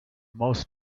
most